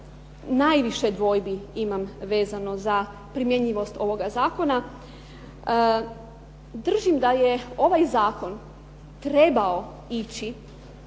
najviše dvojbi imam vezano za primjenjivost ovoga zakona. Držim da je ovaj zakon trebao ići